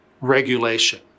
regulation